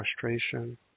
frustration